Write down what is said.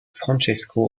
francesco